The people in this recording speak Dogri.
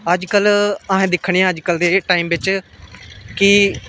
अजकल्ल अस दिक्खने आं अजकल्ल दे टैम बिच्च कि